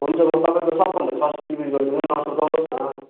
हुन्छ म तपाईँको सबभन्दा नसुर्ताउनु होस् न